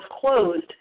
closed